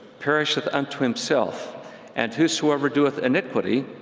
perisheth unto himself and whosoever doeth iniquity,